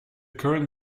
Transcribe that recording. current